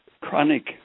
chronic